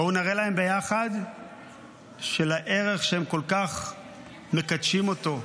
בואו נראה להם ביחד שעל הערך שהם כל כך מקדשים אותו,